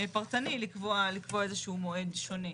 פרטני לקבוע איזה שהוא מועד שונה.